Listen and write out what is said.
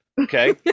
Okay